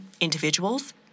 individuals